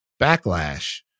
backlash